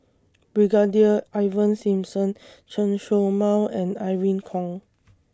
Brigadier Ivan Simson Chen Show Mao and Irene Khong